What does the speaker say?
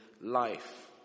life